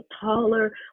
taller